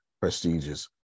prestigious